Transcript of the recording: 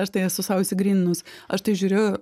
aš tai esu sau išsigryninus aš tai žiūriu